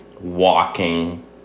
walking